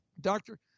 Doctor